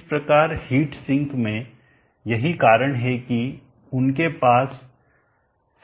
इस प्रकार heat sink में यही कारण है कि उनके पास